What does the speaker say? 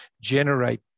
generate